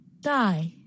Die